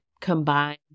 combine